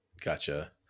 Gotcha